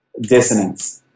dissonance